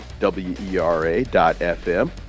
WERA.FM